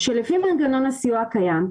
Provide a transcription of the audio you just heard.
שלפי מנגנון הסיוע הקיים,